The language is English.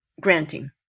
granting